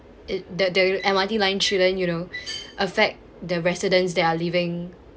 it the the M_R_T line shouldn't you know affect the residents that are living